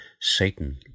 Satan